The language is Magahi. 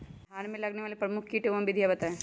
धान में लगने वाले प्रमुख कीट एवं विधियां बताएं?